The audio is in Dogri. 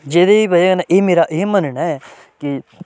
जेह्दी ब'जा कन्नै एह् मेरा एह् मन्नना ऐ कि